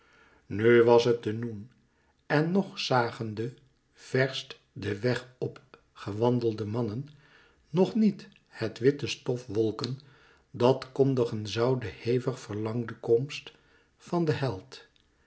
nu was het de noen en nog zagen de verst den weg op gewandelde mannen nog niet het witte stof wolken dat kondigen zoû de hevig verlangde komst van den held